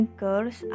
girls